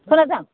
खोनादों